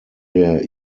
der